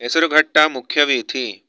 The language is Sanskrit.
हेसरुघट्टा मुख्यवीथि